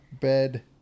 bed